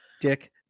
Dick